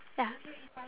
ya